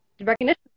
recognition